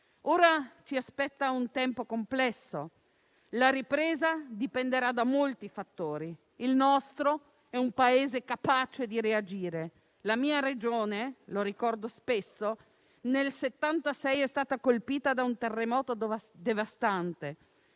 Ora ci aspetta un tempo complesso, la ripresa dipenderà da molti fattori. Il nostro è un Paese capace di reagire. La mia Regione - lo ricordo spesso - nel 1976 è stata colpita da un terremoto devastante,